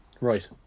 Right